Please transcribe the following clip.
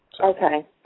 Okay